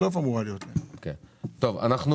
לפני